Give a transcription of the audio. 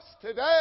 today